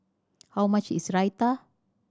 how much is Raita